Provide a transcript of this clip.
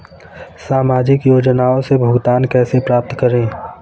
सामाजिक योजनाओं से भुगतान कैसे प्राप्त करें?